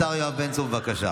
השר יואב בן צור, בבקשה.